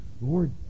Lord